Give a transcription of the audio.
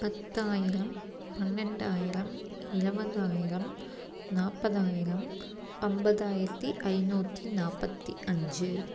பத்தாயிரம் பன்னெண்டாயிரம் இருவதாயிரம் நாற்பதாயிரம் ஐம்பதாயிரத்தி ஐநூற்றி நாற்பத்தி அஞ்சு